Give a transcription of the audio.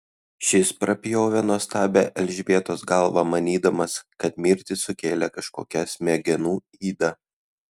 šis prapjovė nuostabią elžbietos galvą manydamas kad mirtį sukėlė kažkokia smegenų yda